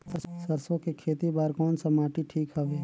सरसो के खेती बार कोन सा माटी ठीक हवे?